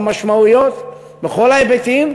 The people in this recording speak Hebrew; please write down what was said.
על המשמעויות בכל ההיבטים.